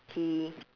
he